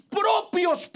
propios